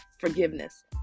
forgiveness